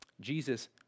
Jesus